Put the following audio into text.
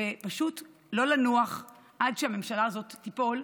ופשוט לא לנוח עד שהממשלה הזאת תיפול,